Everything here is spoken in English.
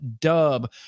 dub